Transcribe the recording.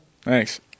Thanks